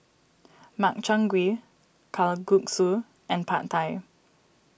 Makchang Gui Kalguksu and Pad Thai